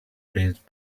bridged